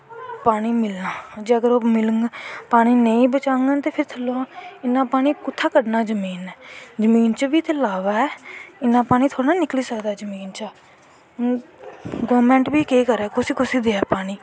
पानी मिलनां पानी नेंई बचाङन ते फिर थल्ले दा इन्नां पानी कुत्थें घटना जमीन नै जमीन च बी ते लावा ऐ इन्नां पानी थोहड़े निकली सकदा ऐ जमान ता दा गौरमैंट बी केह् करै कुसी कुसी देऐ पानी